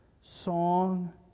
song